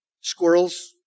Squirrels